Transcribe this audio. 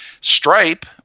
Stripe